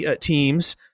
teams